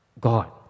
God